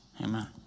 Amen